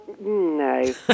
No